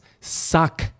suck